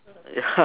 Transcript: ya